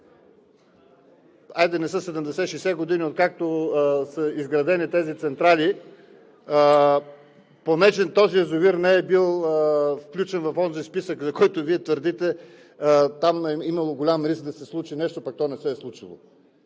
хайде, не са 70, 60 години, откакто са изградени тези централи, понеже този язовир не е бил включен в онзи списък, за който Вие твърдите – там е имало голям риск да се случи нещо, пък то не се е случило.